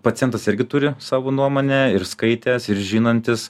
pacientas irgi turi savo nuomonę ir skaitęs ir žinantis